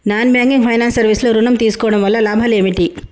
Non banking finance service లో ఋణం తీసుకోవడం వల్ల లాభాలు ఏమిటి?